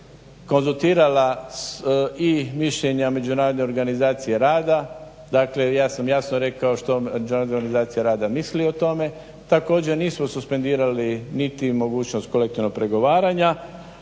konzultirala i mišljenja Međunarodne organizacije rada, dakle ja sam jasno rekao što Međunarodna organizacija rada misli o tome. Također, nismo suspendirali niti mogućnost kolektivnog pregovaranja,